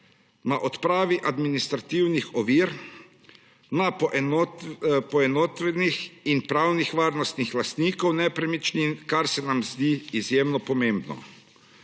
na odpravi administrativnih ovir, na poenostavitvah in pravni varnosti lastnikov nepremičnin, kar se nam zdi izjemno pomembno.